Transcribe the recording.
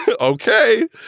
okay